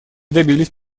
добились